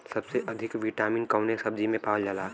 सबसे अधिक विटामिन कवने सब्जी में पावल जाला?